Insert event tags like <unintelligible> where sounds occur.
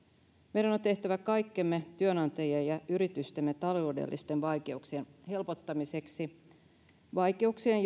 meidän on tehtävä kaikkemme työnantajien ja yritystemme taloudellisten vaikeuksien helpottamiseksi vaikeuksien <unintelligible>